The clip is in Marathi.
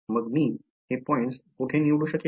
मग मी हे पॉईंट्स कोठे निवडू शकेन